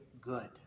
good